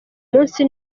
umunsi